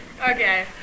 okay